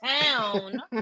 town